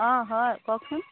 অঁ হয় কওকচোন